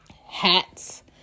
hats